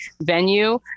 venue